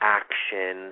action